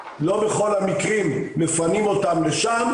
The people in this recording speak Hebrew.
לא בכל המקרים מפנים אותם לשם,